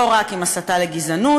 לא רק עם הסתה לגזענות,